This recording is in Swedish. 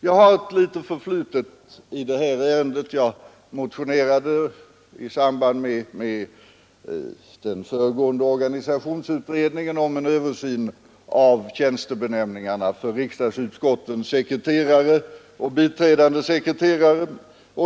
Jag har ett förflutet i det här ärendet — jag motionerade i samband med den föregående organisationsutredningen om en översyn av tjänste benämningarna för riksdagsutskottens sekreterare och biträdande sekreterare.